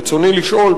רצוני לשאול,